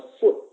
foot